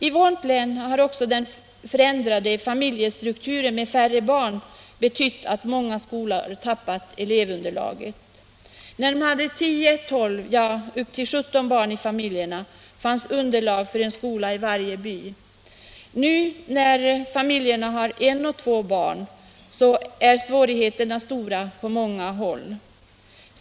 I vårt län har också den förändrade familjestrukturen med färre barn betytt att många skolor tappat elevunderlaget. När man hade 10-12, ja, upp till 17 barn i familjerna fanns det underlag för en skola i varje by. Nu när familjerna har ett eller två barn är svårigheterna på många håll stora.